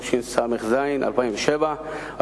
התשס"ז 2007,